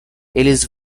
eles